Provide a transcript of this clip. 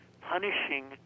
punishing